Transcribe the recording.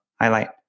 highlight